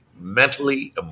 mentally